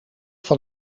van